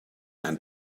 and